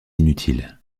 inutile